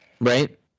Right